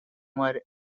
were